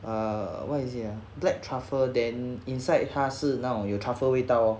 err what is it ya black truffle then inside 它是那种有 truffle 味道 oh